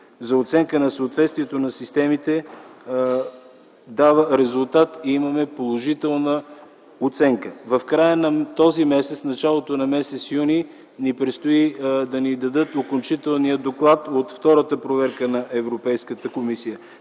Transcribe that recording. за оценка на съответствието на системите, дават резултат и имаме положителна оценка. В края на този месец и началото на м. юни ни предстои да ни дадат окончателния доклад от втората проверка на Европейската комисия.